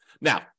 Now